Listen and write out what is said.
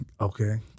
Okay